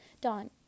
Dawn